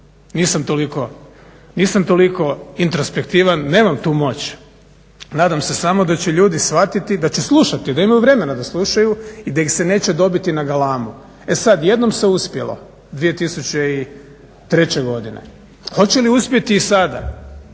nisam toliko introspektivan, nemam tu moć. Nadam se samo da će ljudi shvatiti, da će slušati, da imaju vremena da slušaju i da ih se neće dobiti na galamu. E sad, jednom se uspjelo 2003. godine. Hoće li uspjeti i sada?